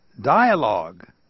Dialogue